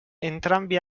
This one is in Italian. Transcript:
entrambi